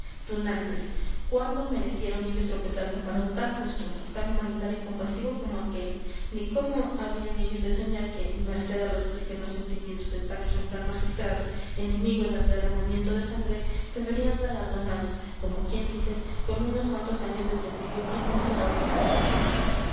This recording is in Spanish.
tunantes cuándo merecieron ellos tropezar con varón tan justo tan humanitario y compasivo como aquel ni cómo habían ellos de soñar que merced a los cristianos sentimientos de tan ejemplar magistrado enemigo del derramamiento de sangre se verían galardonados como quien dice con unos cuantos años de presidio en vez de la horca que merecían